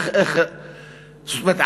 זאת אומרת,